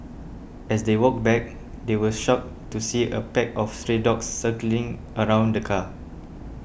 as they walked back they were shocked to see a pack of stray dogs circling around the car